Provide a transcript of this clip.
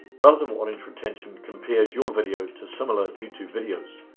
relative audience retention compares your video to similar youtube videos.